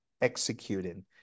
executing